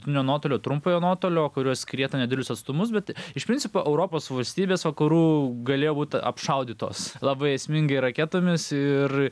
vidutinio nuotolio trumpojo nuotolio kurios skrietų nedidelius atstumus bet iš principo europos valstybės vakarų galėjo būti apšaudytos labai esmingai raketomis ir